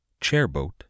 Chairboat